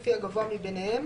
לפי הגבוה מביניהם,